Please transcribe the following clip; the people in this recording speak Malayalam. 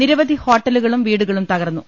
നിരവധി ഹോട്ടലുകളും വീടുകളും തകർന്നു